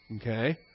okay